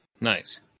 Nice